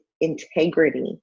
integrity